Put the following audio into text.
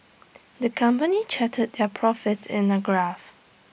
the company charted their profits in A graph